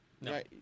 No